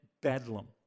bedlam